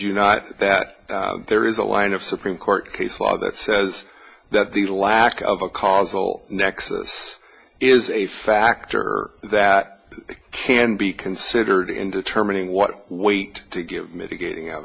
you not that there is a line of supreme court case law that says that the lack of a causal nexus is a factor that can be considered in determining what weight to give mitigating